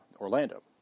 Orlando